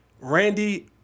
Randy